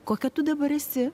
kokia tu dabar esi